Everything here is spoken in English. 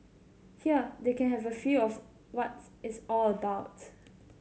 here they can have a feel of what it's all about